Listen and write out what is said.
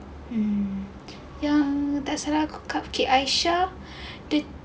mm yang tak salah aku cupcake aisyah